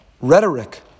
rhetoric